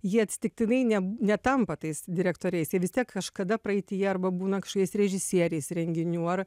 jie atsitiktinai ne netampa tais direktoriais jie vis tiek kažkada praeityje arba būna kažkokiais režisieriais renginių ar